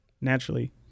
Naturally